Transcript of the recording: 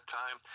time